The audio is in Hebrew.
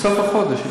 בסוף החודש.